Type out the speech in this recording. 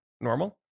Normal